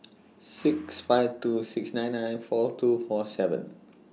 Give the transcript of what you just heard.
six five two six nine nine four two four seven